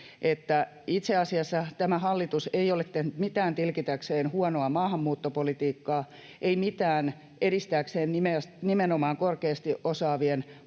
itse asiassa tämä hallitus ei ole tehnyt mitään tilkitäkseen huonoa maahanmuuttopolitiikkaa, ei mitään edistääkseen nimenomaan korkeasti osaavien